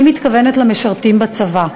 אני מתכוונת למשרתים בצבא,